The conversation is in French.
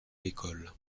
l’école